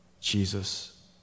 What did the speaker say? Jesus